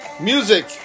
music